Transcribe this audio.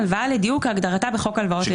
הלוואה לדיור כהגדרתה בחוק הלוואות לדיור,